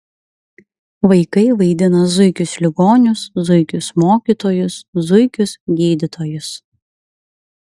vaikai vaidina zuikius ligonius zuikius mokytojus zuikius gydytojus